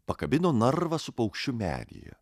pakabino narvą su paukščiu medyje